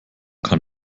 kann